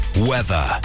Weather